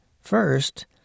first